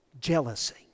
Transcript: jealousy